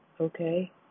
okay